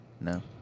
no